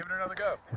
another go.